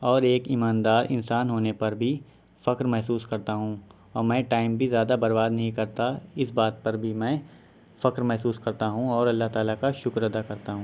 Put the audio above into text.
اور ایک ایماندار انسان ہونے پر بھی فخر محسوس کرتا ہوں اور میں ٹائم بھی زیادہ برباد نہیں کرتا اس بات پر بھی میں فخر محسوس کرتا ہوں اور اللہ تعالیٰ کا شکر ادا کرتا ہوں